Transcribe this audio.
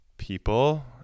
People